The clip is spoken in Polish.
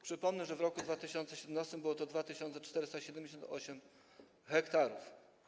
Przypomnę, że w roku 2017 było to 2478 ha.